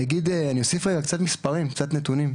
אני אוסיף קצת נתונים,